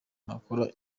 nakora